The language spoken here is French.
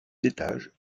étages